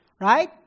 right